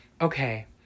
okay